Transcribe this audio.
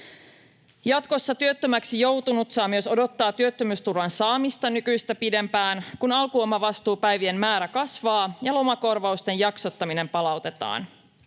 Jatkossa työttömäksi joutunut saa myös odottaa työttömyysturvan saamista nykyistä pidempään, kun alkuomavastuupäivien määrä kasvaa ja lomakorvausten jaksottaminen palautetaan.